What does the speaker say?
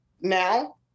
now